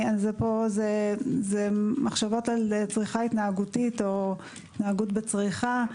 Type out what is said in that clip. זה מחשבות על צריכה התנהגותית או התנהגות בצריכה.